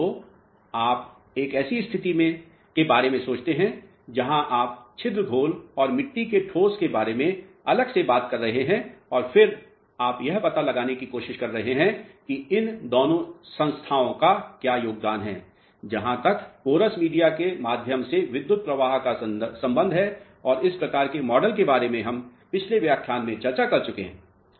तो आप एक ऐसी स्थिति के बारे में सोचते हैं जहाँ आप छिद्र घोल और मिट्टी के ठोस के बारे में अलग से बात कर रहे हैं और फिर आप यह पता लगाने की कोशिश कर रहे हैं कि इन दोनों संस्थाओं का क्या योगदान है जहां तक पोरस मीडिया के माध्यम से विद्युत् प्रवाह का संबंध हैऔर इस प्रकार के मॉडल के बारे में हम पिछले व्याख्यान में चर्चा कर चुके हैं